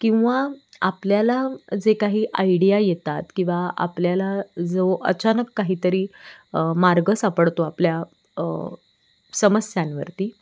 किंवा आपल्याला जे काही आयडिया येतात किंवा आपल्याला जो अचानक काहीतरी मार्ग सापडतो आपल्या समस्यांवरती